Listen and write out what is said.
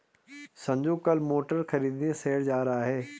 संजू कल मोटर खरीदने शहर जा रहा है